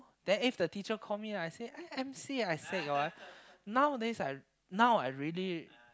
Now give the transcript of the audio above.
there is a teacher call me lah I M_C I sick you all nowadays I now I really